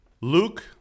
Luke